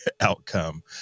outcome